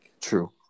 True